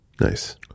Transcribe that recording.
nice